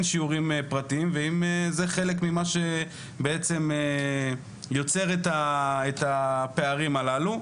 שיעורים פרטיים והאם זה חלק ממה שבעצם יוצר את הפערים הללו.